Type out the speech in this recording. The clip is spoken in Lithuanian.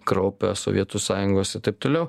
kraupią sovietų sąjungos ir taip toliau